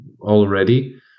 already